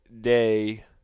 day